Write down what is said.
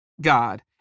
God